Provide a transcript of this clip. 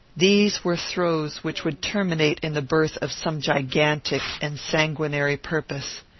these were throes which would terminate in the birth of some gigantic and sanguinary purpose.